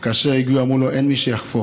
וכאשר הגיעו, אמרו לו: אין מי שיחפור.